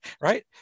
Right